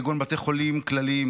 כגון בתי חולים כלליים,